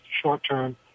short-term